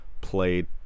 played